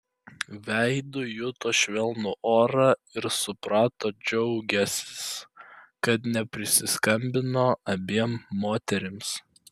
veidu juto švelnų orą ir suprato džiaugiąsis kad neprisiskambino abiem moterims